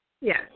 Yes